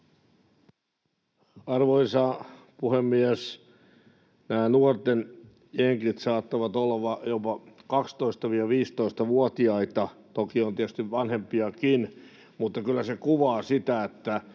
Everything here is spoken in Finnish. Arvoisa puhemies! Nuorten jengit saattavat olla jopa 12—15-vuotiaita, toki on tietysti vanhempiakin, mutta kyllä se kuvaa sitä, että